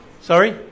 sorry